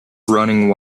running